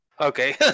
okay